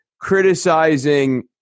criticizing